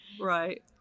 right